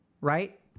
Right